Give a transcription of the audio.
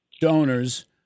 donors